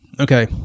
Okay